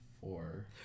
four